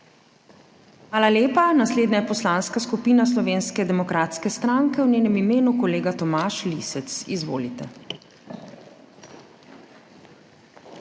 Hvala lepa. Naslednja je Poslanska skupina Slovenske demokratske stranke, v njenem imenu kolega Tomaž Lisec. Izvolite.